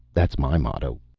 that's my motto!